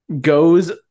goes